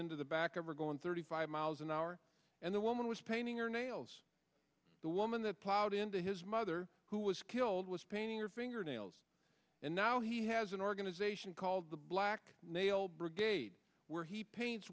into the back of her going thirty five miles an hour and the woman was painting her nails the woman that plowed into his mother who was killed was painting her fingernails and now he has an organization called the black nail brigade where he pain